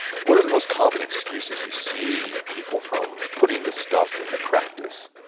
what are the most common excuses you see people from putting the stuff into practice?